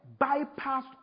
bypassed